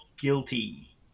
guilty